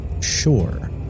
Sure